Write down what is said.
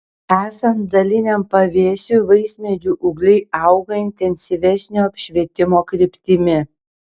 esant daliniam pavėsiui vaismedžių ūgliai auga intensyvesnio apšvietimo kryptimi